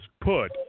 put